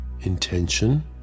intention